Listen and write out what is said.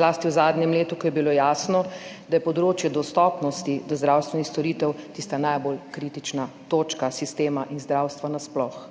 zlasti v zadnjem letu, ko je bilo jasno, da je področje dostopnosti do zdravstvenih storitev tista najbolj kritična točka sistema in zdravstva nasploh.